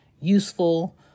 useful